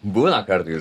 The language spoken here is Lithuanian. būna kartais